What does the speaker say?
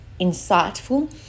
insightful